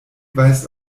weist